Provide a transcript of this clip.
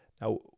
Now